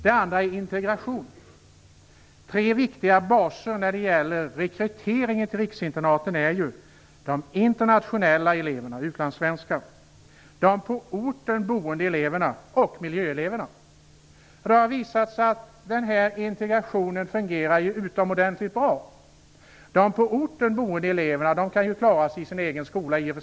Det är också viktigt med integration. De tre viktiga baserna när det gäller rekryteringen till riksinternaten är ju de internationella eleverna, alltså barn till utlandssvenskar, de på orten boende eleverna och miljöeleverna. Det har visat sig att integrationen fungerar utomordentligt väl. De på orten boende eleverna klarar sig i och för sig i sin egen skola.